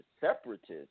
separatist